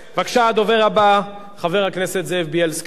בבקשה, הדובר הבא, חבר הכנסת זאב בילסקי.